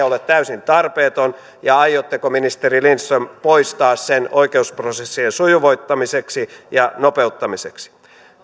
ole täysin tarpeeton ja aiotteko ministeri lindström poistaa sen oikeusprosessien sujuvoittamiseksi ja nopeuttamiseksi